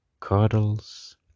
cuddles